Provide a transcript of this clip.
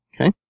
Okay